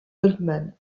goldman